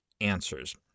Answers